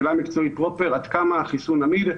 בשאלה מקצועית פרופר עד כמה החיסון עמיד.